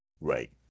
Right